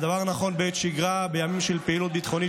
והדבר נכון הן בעת שגרה בימים של פעילות ביטחונית